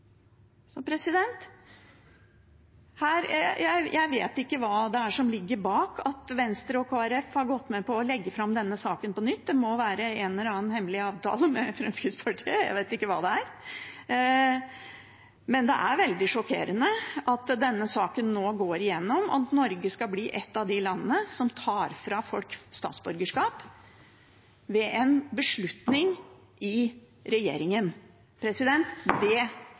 Jeg vet ikke hva som ligger bak at Venstre og Kristelig Folkeparti har gått med på å legge fram denne saken på nytt, det må være en eller annen hemmelig avtale med Fremskrittspartiet – jeg vet ikke hva det er. Men det er veldig sjokkerende at denne saken nå går igjennom, at Norge skal bli et av de landene som tar fra folk statsborgerskap ved en beslutning i regjeringen.